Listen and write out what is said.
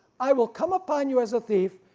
i will come upon you as a thief,